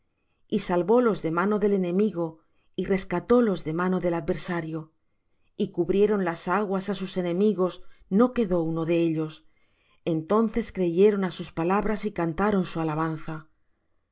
y salvólos de mano del enemigo y rescatólos de mano del adversario y cubrieron las aguas á sus enemigos no quedó uno de ellos entonces creyeron á sus palabras y cantaron su alabanza